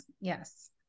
Yes